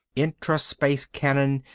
intra-space cannon,